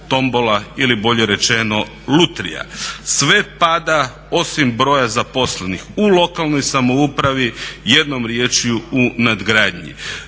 ili bolje rečeno lutrija. Sve pada osim broja zaposlenih u lokalnoj samoupravi, jednom riječju u nadgradnji.